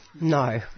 No